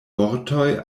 vortoj